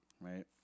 right